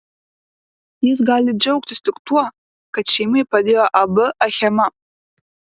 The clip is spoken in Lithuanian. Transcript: jis gali džiaugtis tik tuo kad šeimai padėjo ab achema